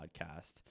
podcast